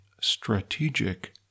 strategic